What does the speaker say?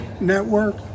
network